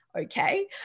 okay